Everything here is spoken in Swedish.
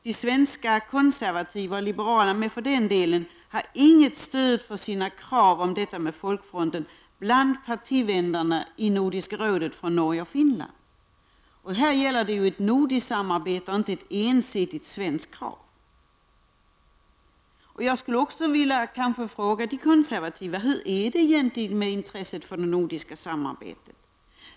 De svenska konservativa, och liberalerna med för den delen, har inget stöd för sina krav i detta sammanhang bland partivännerna från Norge och Finland i Nordiska rådet. Här gäller det ett nordiskt samarbete och inte ett ensidigt svenskt krav. Jag skulle också vilja fråga de konservativa: Hur är det egentligen med intresset för det nordiska samarbetet?